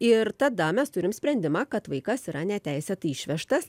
ir tada mes turim sprendimą kad vaikas yra neteisėtai išvežtas